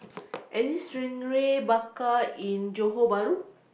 any stingray bakar in Johor-Bahru